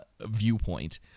viewpoint